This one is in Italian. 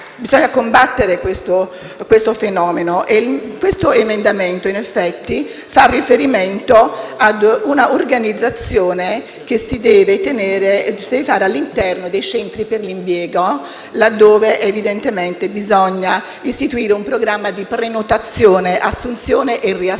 Bisogna combattere questo fenomeno e l'emendamento 3-*bis*.3, in effetti, fa riferimento ad un'organizzazione pensata all'interno dei centri per l'impiego, là dove evidentemente bisogna istituire un programma di prenotazione, assunzione e riassunzione.